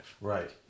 Right